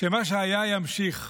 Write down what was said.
שמה שהיה ימשיך.